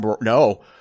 no